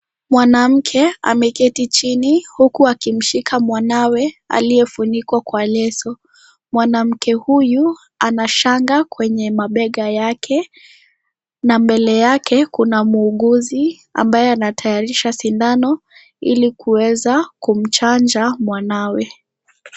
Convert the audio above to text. Mwanamke ameketi chini huku akimshika mwanawe aliyefunikwa kwa leso. Mwanamke huyu ana shanga kwenye mabega yake, na mbele yake kuna muuguzi ambaye anatayarisha sindano ili kuweza kumchanja mwanawe.